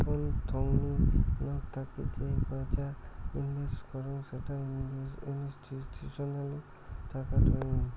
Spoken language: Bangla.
কোন থোংনি নক থাকি যেই পয়সা ইনভেস্ট করং সেটা ইনস্টিটিউশনাল টাকা টঙ্নি